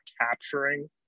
capturing